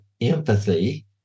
empathy